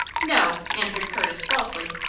no, answered curtis, falsely.